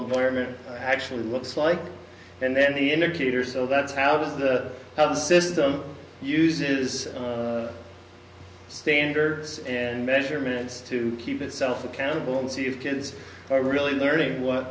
environment actually looks like and then the indicator so that's how does the system uses standards and measurements to keep itself accountable and see if kids are really learning what